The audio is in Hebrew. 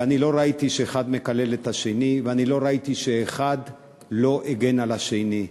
ואני לא ראיתי שאחד מקלל את השני ואני לא ראיתי שאחד לא הגן על השני.